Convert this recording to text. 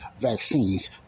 vaccines